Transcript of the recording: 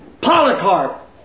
Polycarp